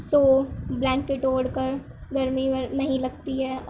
سوو blanket اوڑھ کر گرمی نہیں لگتی ہے